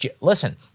listen